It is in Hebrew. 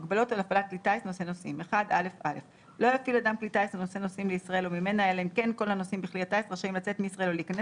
"הגבלות על הפעלת כלי טיס נושא נוסעים 1א. לא יפעיל